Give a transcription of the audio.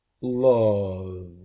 love